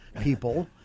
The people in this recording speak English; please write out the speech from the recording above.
people